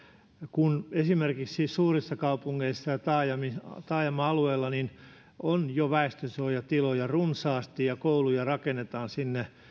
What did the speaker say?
kun esimerkiksi suurissa kaupungeissa ja taajama taajama alueella on jo väestönsuojatiloja runsaasti ja kouluja rakennetaan sinne